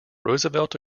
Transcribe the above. roosevelt